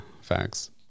Facts